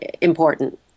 important